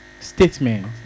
statement